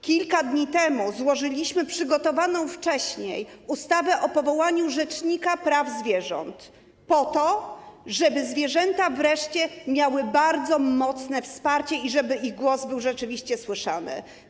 Kilka dni temu złożyliśmy przygotowaną wcześniej ustawę o powołaniu rzecznika praw zwierząt, żeby zwierzęta wreszcie miały bardzo mocne wsparcie i żeby ich głos był rzeczywiście słyszany.